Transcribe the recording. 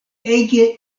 ege